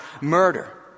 murder